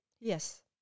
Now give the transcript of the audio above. Yes